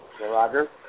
Roger